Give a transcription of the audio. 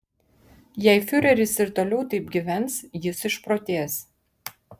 jei fiureris ir toliau taip gyvens jis išprotės